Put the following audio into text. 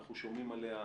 אנחנו שומעים עליה הרבה.